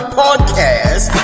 podcast